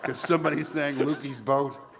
somebody sang loopy's boat.